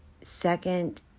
second